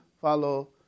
follow